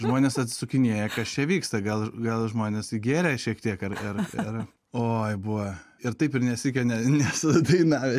žmonės atsisukinėja kas čia vyksta gal gal žmonės įgėrę šiek tiek ar ar ar oi buvo ir taip ir nė sykio ne nesu dainavęs